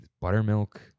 buttermilk